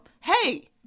hey